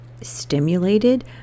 stimulated